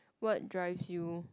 what drives you